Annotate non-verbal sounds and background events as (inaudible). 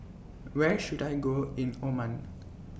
Where should I Go in (noise) Oman